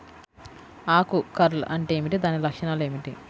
ఆకు కర్ల్ అంటే ఏమిటి? దాని లక్షణాలు ఏమిటి?